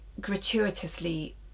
gratuitously